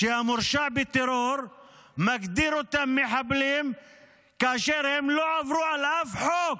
שהמורשע בטרור מגדיר אותם מחבלים כאשר הם לא עברו על אף חוק.